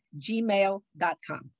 gmail.com